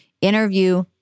interview